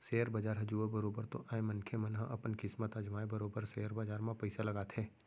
share बजार ह जुआ बरोबर तो आय मनखे मन ह अपन किस्मत अजमाय बरोबर सेयर बजार म पइसा लगाथे